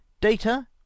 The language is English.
data